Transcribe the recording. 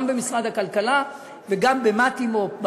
גם במשרד הכלכלה וגם במתימו"פ,